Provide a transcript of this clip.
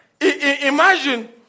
Imagine